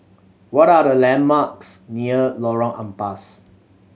what are the landmarks near Lorong Ampas